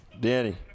danny